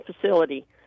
facility